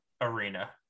arena